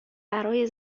برای